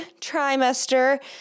trimester